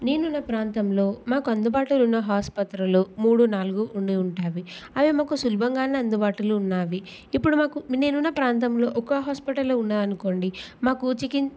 నేనున్న ప్రాంతంలో మాకు అందుబాటులో ఉన్న హాస్పత్రులు మూడు నాలుగు ఉండి ఉంటాయి అవి మాకు సులభంగానే అందుబాటులో ఉన్నావి ఇప్పుడు మాకు నేనున్న ప్రాంతంలో ఒక హాస్పిటల్లో ఉన్నా అనుకోండి మాకు చికి